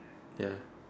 ya